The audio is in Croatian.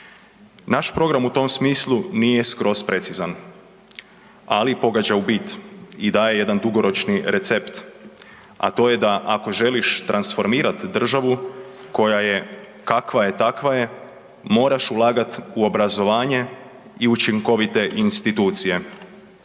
Naš program u tom smislu nije skroz precizan, ali pogađa u bit i daje jedan dugoročni recept, a to je da ako želiš transformirat državu koja je, kakva je takva je, moraš ulagat u obrazovanje i učinkovite institucije.